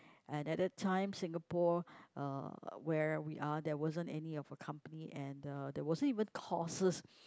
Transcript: and at that time Singapore uh where we are there wasn't any of a company and uh there wasn't even courses